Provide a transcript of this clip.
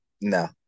No